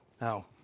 Now